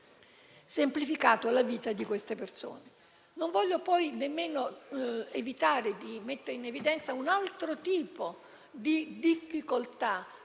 Non voglio, poi, evitare di mettere in evidenza un altro tipo di difficoltà